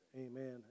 Amen